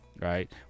Right